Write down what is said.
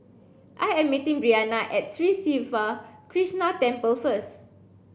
I am meeting Breana at Sri Siva Krishna Temple first